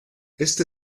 este